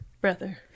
brother